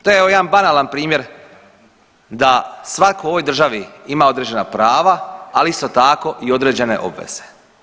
To je evo jedan banalan primjer da svako u ovoj državi ima određena prava, ali isto tako i određene obveze.